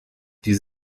die